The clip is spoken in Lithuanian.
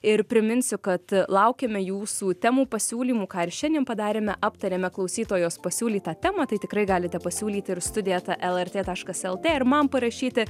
ir priminsiu kad laukiame jūsų temų pasiūlymų ką ir šiandien padarėme aptarėme klausytojos pasiūlytą temą tai tikrai galite pasiūlyti ir studija eta lrt taškas lt ir man parašyti